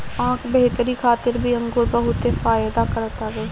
आँख बेहतरी खातिर भी अंगूर बहुते फायदा करत हवे